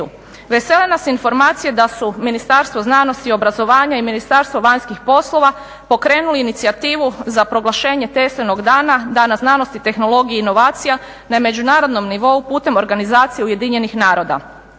Vesele nas informacije da su Ministarstvo znanosti i obrazovanja i Ministarstvo vanjskih poslova pokrenuli inicijativu za proglašenje Teslinog dana, Dana znanosti, tehnologije i inovacija na međunarodnom nivou putem organizacije UN-a. Nadamo